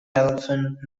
elephant